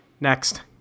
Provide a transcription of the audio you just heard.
Next